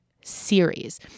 series